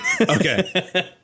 Okay